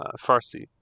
Farsi